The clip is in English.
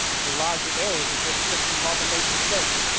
to larger areas and create a fiction called the nation state.